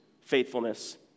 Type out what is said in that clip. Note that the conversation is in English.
faithfulness